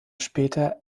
später